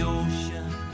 ocean